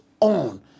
on